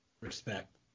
Respect